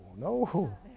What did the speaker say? No